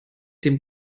dem